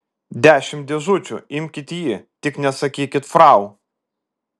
dešimt dėžučių imkit jį tik nesakykit frau